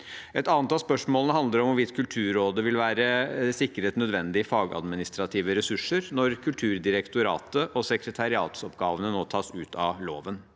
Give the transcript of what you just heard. Et annet av spørsmålene handler om hvorvidt Kulturrådet vil være sikret nødvendige fagadministrative ressurser når Kulturdirektoratet og sekretariatsoppgavene nå tas ut av loven.